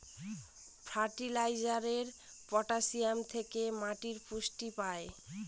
ফার্টিলাইজারে পটাসিয়াম থেকে মাটি পুষ্টি পায়